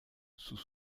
sous